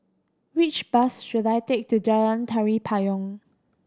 which bus should I take to Jalan Tari Payong